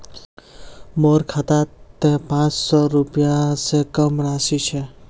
मोर खातात त पांच सौ रुपए स कम राशि छ